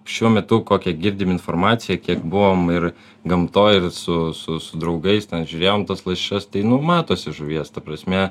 šiuo metu kokią girdim informaciją kiek buvom ir gamtoj ir su su draugais žiūrėjom tas lašišas tai nu matosi žuvies ta prasme